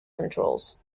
controls